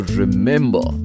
remember